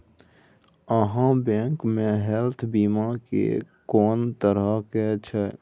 आहाँ बैंक मे हेल्थ बीमा के कोन तरह के छै?